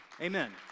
amen